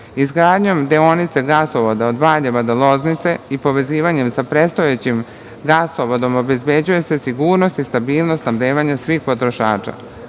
Izgradnjom deonice gasovoda od Valjeva do Loznice i povezivanjem sa predstojećim gasovodom obezbeđuje se sigurnost i stabilnost snabdevanja svih potrošača. Poštovani